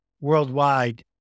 worldwide